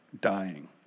dying